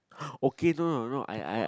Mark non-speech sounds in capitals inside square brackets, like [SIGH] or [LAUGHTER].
[BREATH] okay not if not I I